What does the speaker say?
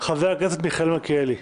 חבר הכנסת מיכאל מלכיאלי.